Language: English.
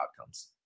outcomes